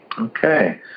Okay